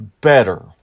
better